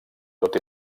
tot